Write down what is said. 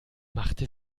machte